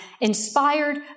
inspired